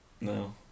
No